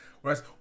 whereas